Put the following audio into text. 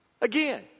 Again